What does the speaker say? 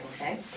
okay